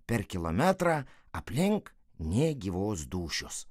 per kilometrą aplink nė gyvos dūšios